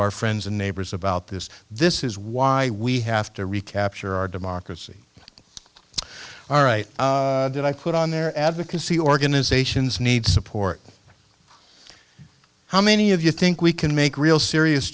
our friends and neighbors about this this is why we have to recapture our democracy all right did i put on there advocacy organizations need support how many of you think we can make real serious